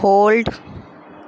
hold